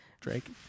drake